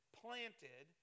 planted